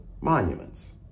monuments